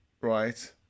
right